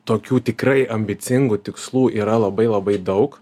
tokių tikrai ambicingų tikslų yra labai labai daug